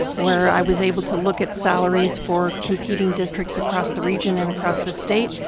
where i was able to look at salaries for competing districts across the region and across the state,